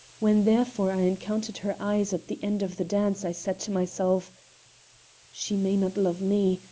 when, therefore, i encountered her eyes at the end of the dance i said to myself she may not love me,